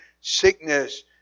sickness